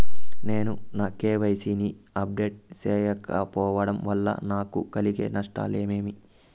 నేను నా కె.వై.సి ని అప్డేట్ సేయకపోవడం వల్ల నాకు కలిగే నష్టాలు ఏమేమీ?